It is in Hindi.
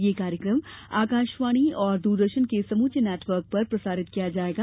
यह कार्यक्रम आकाशवाणी और द्रदर्शन के समूचे नेटवर्क पर पर प्रसारित किया जाएगा